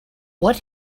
what